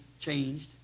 changed